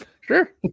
Sure